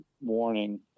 warning